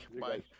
Bye